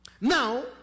Now